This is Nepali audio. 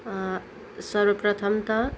सर्वप्रथम त